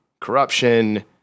corruption